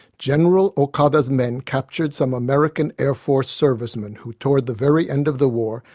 general okada's men captured some american air force servicemen who, toward the very end of the war,